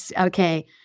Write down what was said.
okay